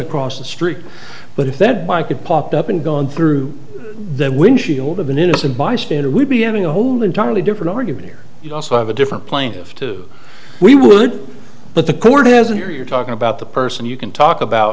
across the street but if that bike it popped up and gone through the windshield of an innocent bystander we'd be having a whole entirely different argument here you'd also have a different plaintiff to we would but the court isn't you're talking about the person you can talk about